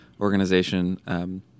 organization